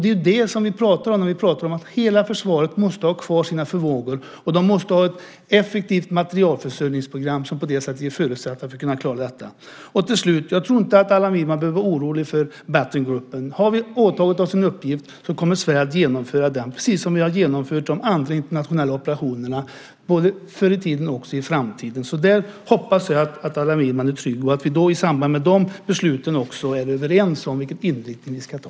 Det är det som vi pratar om när vi säger att hela försvaret måste ha kvar sina förmågor. Man måste ha ett effektivt materielförsörjningsprogram som på det sättet ger förutsättningar för att kunna klara detta. Till slut tror jag inte att Allan Widman behöver vara orolig för Nordic Battle Group. Har vi åtagit oss en uppgift så kommer Sverige att genomföra den, precis som vi har genomfört de andra internationella operationerna, både förr i tiden och också i framtiden. Där hoppas jag att Allan Widman är trygg och att vi i samband med de besluten också är överens om vilken inriktning vi ska ta.